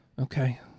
okay